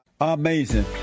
Amazing